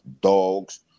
dogs